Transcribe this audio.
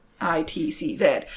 I-T-C-Z